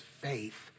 faith